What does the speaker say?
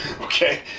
okay